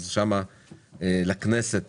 שם לכנסת